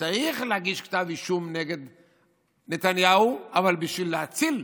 צריך להגיש כתב אישום נגד נתניהו, בשביל להציל,